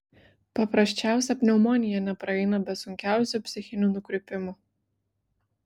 paprasčiausia pneumonija nepraeina be sunkiausių psichinių nukrypimų